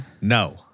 No